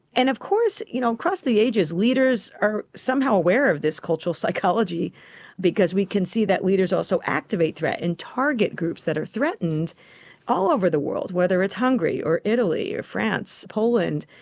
and of course you know across the ages, leaders are somehow aware of this cultural psychology because we can see that leaders also activate threat and target groups that are threatened all over the world, whether it's hungary or italy or france, poland,